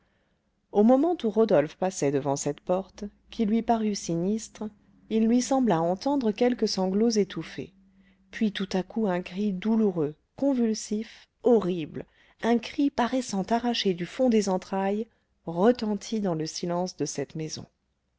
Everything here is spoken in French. au moment où rodolphe passait devant cette porte qui lui parut sinistre il lui sembla entendre quelques sanglots étouffés puis tout à coup un cri douloureux convulsif horrible un cri paraissant arraché du fond des entrailles retentit dans le silence de cette maison